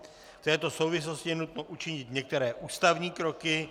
V této souvislosti je nutno učinit některé ústavní kroky.